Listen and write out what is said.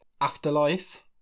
Afterlife